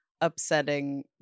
upsetting